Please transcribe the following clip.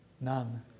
None